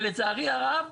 ולצערי הרב,